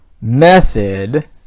method